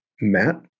matt